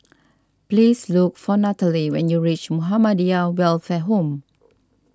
please look for Nataly when you reach Muhammadiyah Welfare Home